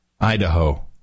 Idaho